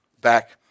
back